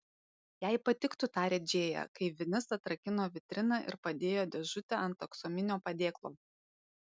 jai patiktų tarė džėja kai vinis atrakino vitriną ir padėjo dėžutę ant aksominio padėklo